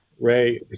Ray